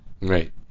Right